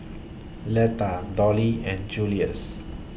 Letta Dollie and Julius